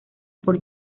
por